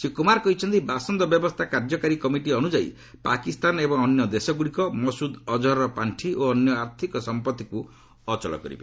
ଶ୍ରୀ କୁମାର କହିଛନ୍ତି ବାସନ୍ଦ ବ୍ୟବସ୍ଥା କାର୍ଯ୍ୟକାରୀ କମିଟି ଅନୁଯାୟୀ ପାକିସ୍ତାନ ଏବଂ ଅନ୍ୟ ଦେଶଗୁଡ଼ିକ ମସୁଦ ଅଜହରର ପାଣ୍ଠି ଓ ଅନ୍ୟ ଆର୍ଥିକ ସମ୍ପତ୍ତିକୁ ଅଚଳ କରିବେ